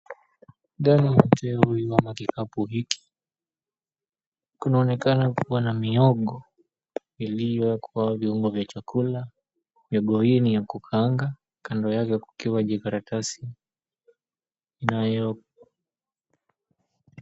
Ndani ya uteo huyu ama kikapu hiki kunaonekana kuwa na mihogo iliyowekwa viungo vya chakula, mihogo hii ni ya kukaanga kando yake kukiwa jikaratasi inayo...